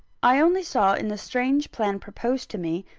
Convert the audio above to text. i only saw in the strange plan proposed to me,